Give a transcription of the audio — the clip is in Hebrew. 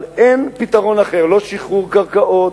אבל אין פתרון אחר, לא שחרור קרקעות,